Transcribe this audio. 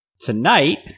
Tonight